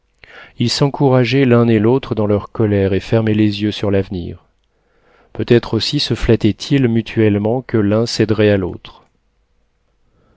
ils s'encourageaient l'un et l'autre dans leur colère et fermaient les yeux sur l'avenir peut-être aussi se flattaient ils mutuellement que l'un céderait à l'autre